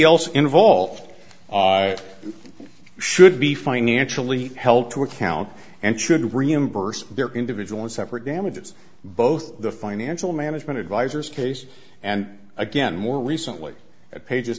else involved should be financially held to account and should reimburse their individual and separate damages both the financial management advisors case and again more recently at pages